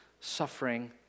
suffering